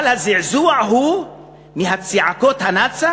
אבל הזעזוע הוא מצעקות הנאצה